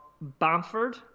Bamford